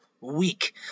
week